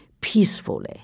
peacefully